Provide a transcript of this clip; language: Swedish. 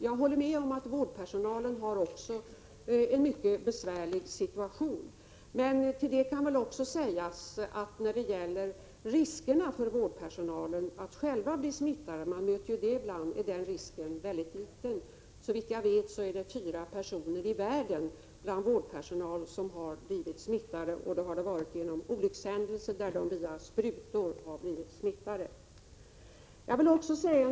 Jag håller med om att vårdpersonalens situation är mycket besvärlig, men till det kan sägas att riskerna för vårdpersonalen att själv bli smittad är mycket små. Såvitt jag vet är det fyra personer i världen bland vårdpersonal som har blivit smittade, och det har skett genom olyckshändelser, där de har smittats via sprutor.